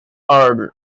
earl